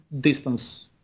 distance